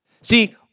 See